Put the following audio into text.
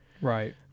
right